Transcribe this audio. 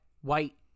white